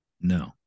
No